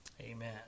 amen